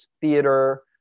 theater